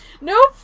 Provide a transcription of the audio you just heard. Nope